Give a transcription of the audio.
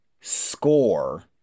score